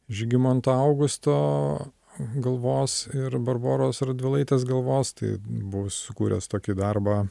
žygimanto augusto galvos ir barboros radvilaitės galvos tai buvau sukūręs tokį darbą